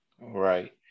Right